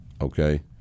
okay